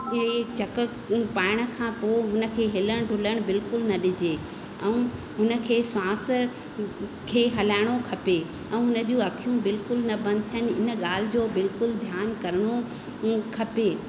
उन खे चकु पाइण खां पोइ उन खे हिलण ढुलण बिल्कुल न ॾिजे ऐं उन खे सांस खे हलाइणो खपे ऐं उन जूं अख़ियूं बिल्कुल न बंदि थियनि इन ॻाल्हि जो बिल्कुलु ध्यानु करिणो खपे